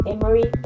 Emory